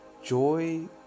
joy